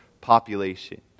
population